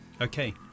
Okay